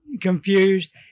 confused